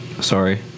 Sorry